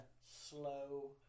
slow